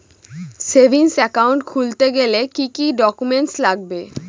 Savings account খুলতে গেলে কি কি ডকুমেন্টস লাগবে?